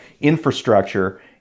infrastructure